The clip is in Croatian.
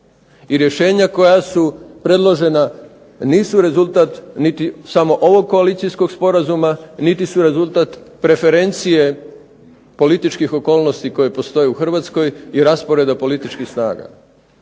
I rješenja koja su predložena nisu rezultat niti samo ovog Koalicijskog sporazuma niti su rezultat preferencije političkih okolnosti koje postoje u Hrvatskoj i rasporeda političkih snaga.